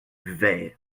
vert